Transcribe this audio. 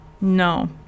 No